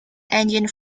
engine